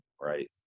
right